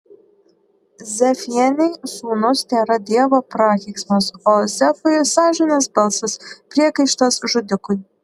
zefienei sūnus tėra dievo prakeiksmas o zefui sąžinės balsas priekaištas žudikui